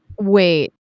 Wait